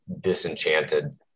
disenchanted